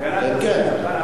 הגנת הצרכן עברה.